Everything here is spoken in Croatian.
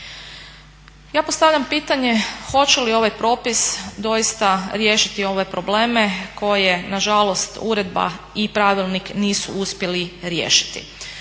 Ja postavljam pitanje hoće li ovaj propis doista riješiti ove probleme koje nažalost uredba i pravilnik nisu uspjeli riješiti?